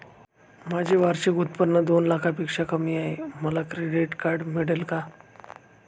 माझे वार्षिक उत्त्पन्न दोन लाखांपेक्षा कमी आहे, मला क्रेडिट कार्ड मिळेल का?